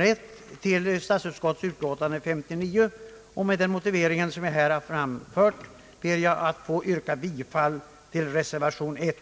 1 a till statsutskottets utlåtande nr 59, och med den motiveringen ber jag att få yrka bifall till denna reservation 1a.